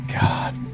god